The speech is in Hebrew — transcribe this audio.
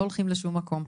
לא הולכים לשום מקום.